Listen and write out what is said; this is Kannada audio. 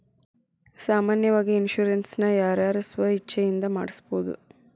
ಸಾಮಾನ್ಯಾವಾಗಿ ಇನ್ಸುರೆನ್ಸ್ ನ ಯಾರ್ ಯಾರ್ ಸ್ವ ಇಛ್ಛೆಇಂದಾ ಮಾಡ್ಸಬೊದು?